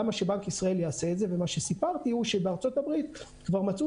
למה שבנק ישראל יעשה את זה ומה שסיפרתי הוא שבארה"ב כבר מצאו